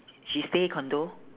she stay condo